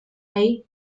ahí